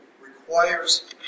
requires